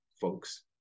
folks